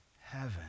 heaven